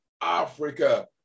Africa